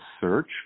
search